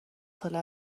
ساله